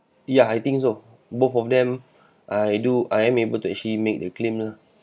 yeah I think so both of them I do I am able to actually make a claim ah